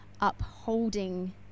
upholding